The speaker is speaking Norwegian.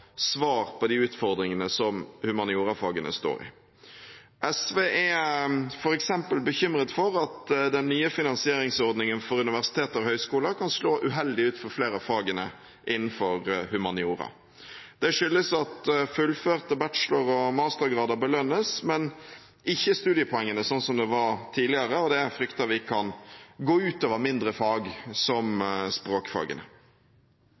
svar på de utfordringene som humaniorafagene står i. SV er f.eks. bekymret for at den nye finansieringsordningen for universiteter og høyskoler kan slå uheldig ut for flere av fagene innenfor humaniora. Det skyldes at fullførte bachelor- og mastergrader belønnes, men ikke studiepoengene, sånn som det var tidligere, og det frykter vi kan gå ut over mindre fag, som